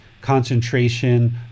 concentration